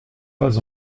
pas